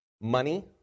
Money